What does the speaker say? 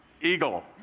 eagle